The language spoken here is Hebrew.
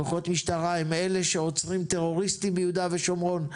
כוחות משטרה הם אלה שעוצרים טרוריסטים ביהודה ושומרון.